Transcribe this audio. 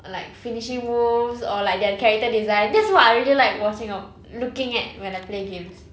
like finishing moves or like their character design that's what I really like watching looking at when I play games